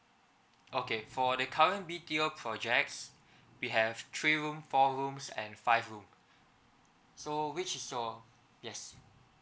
okay for the current B_T_O projects we have three rooms four rooms and five rooms so which is your yes